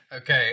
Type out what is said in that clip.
Okay